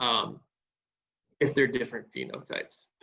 um if they're different phenotypes.